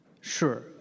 Sure